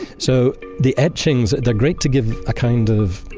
so the etchings, they're great to give a kind of,